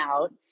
out